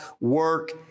work